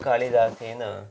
कालिदासेन